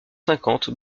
cinquante